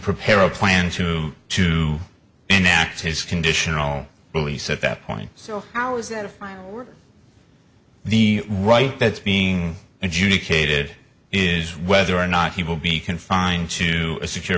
prepare a plan to to enact his conditional release at that point so i was the right that's being educated is whether or not he will be confined to a secure